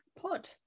pod